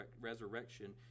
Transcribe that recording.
resurrection